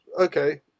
okay